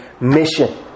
mission